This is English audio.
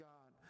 God